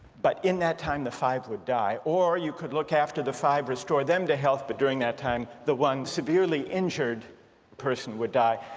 but in that time the five would die, or you could look after the five, restore them to health, but during that time the one severely injured person would die.